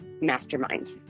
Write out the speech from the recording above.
mastermind